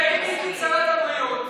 תראה, עידית שרת הבריאות.